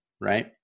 right